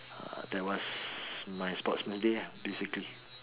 that was my sportsman's day lah basically